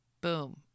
boom